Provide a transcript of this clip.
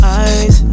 eyes